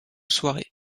soirée